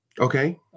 Okay